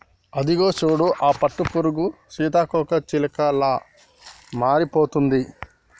అదిగో చూడు ఆ పట్టుపురుగు సీతాకోకచిలుకలా మారిపోతుంది